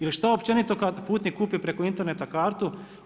Ili šta općenito kad putnik kupi preko interneta kartu.